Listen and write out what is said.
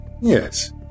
Yes